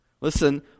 listen